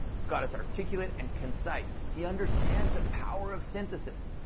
scott is articulate and concise. he understands the power of synthesis.